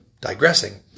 digressing